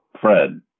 Fred